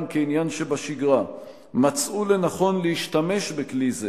כעניין שבשגרה מצאו לנכון להשתמש בכלי זה